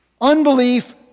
unbelief